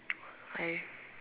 why